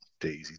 Daisy